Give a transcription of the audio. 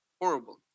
horrible